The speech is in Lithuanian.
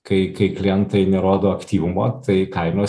kai kai klientai nerodo aktyvumo tai kainos